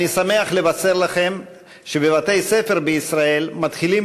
אני שמח לבשר לכם שבבתי-ספר בישראל מתחילים